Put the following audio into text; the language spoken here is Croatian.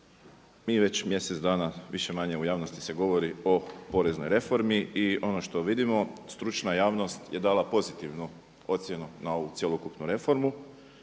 Mi već mjesec dana više-manje u javnosti se govori o poreznoj reformi i ono što vidimo stručna javnost je dala pozitivnu ocjenu na ovu cjelokupnu reformu,